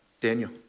Daniel